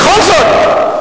בכל זאת.